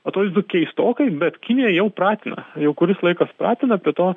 atrodytų keistokai bet kinija jau pratina jau kuris laikas pratina prie to